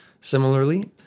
Similarly